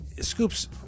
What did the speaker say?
Scoops